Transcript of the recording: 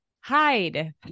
hide